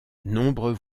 nombreux